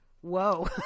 Whoa